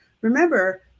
remember